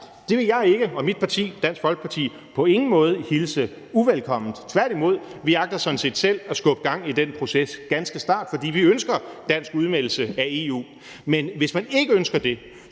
Det vil jeg og mit parti, Dansk Folkeparti, på ingen måde hilse uvelkommen. Tværtimod, vi agter sådan set selv at skubbe gang i den proces ganske snart, for vi ønsker en dansk udmeldelse af EU. Men hvis man ikke ønsker det,